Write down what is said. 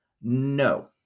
no